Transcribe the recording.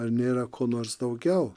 ar nėra ko nors daugiau